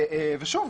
שוב,